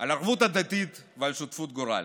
על ערבות הדדית ועל שותפות גורל.